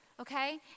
Okay